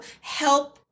help